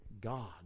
God